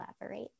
elaborate